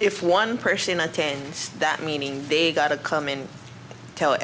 if one person attends that meaning they got to come and tell